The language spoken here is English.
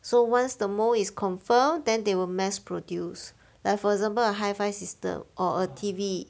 so once the mould is confirm then they will mass produce like for example a hi-fi system or a T_V